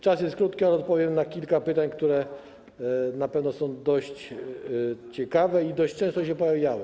Czas jest krótki, ale odpowiem na kilka pytań, które na pewno są dość ciekawe i dość często się pojawiały.